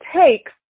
takes